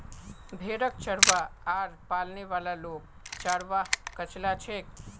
भेड़क चरव्वा आर पालने वाला लोग चरवाहा कचला छेक